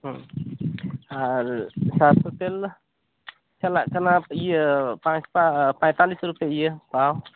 ᱟᱨ ᱥᱚᱨᱥᱮ ᱛᱮᱞ ᱫᱚ ᱪᱟᱞᱟᱜ ᱠᱟᱱᱟ ᱤᱭᱟᱹ ᱯᱟᱸᱪ ᱯᱟ ᱯᱟᱭᱛᱟᱞᱤᱥ ᱨᱩᱯᱤᱭᱟ ᱤᱭᱟᱹ ᱯᱟᱣ